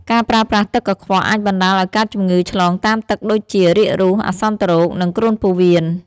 ការប្រើប្រាស់ទឹកកខ្វក់អាចបណ្តាលឲ្យកើតជំងឺឆ្លងតាមទឹកដូចជា រាគរូស អាសន្នរោគ និងគ្រុនពោះវៀន។